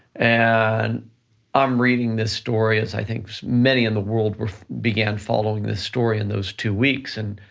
and i'm reading this story, as i think many in the world began following this story in those two weeks, and,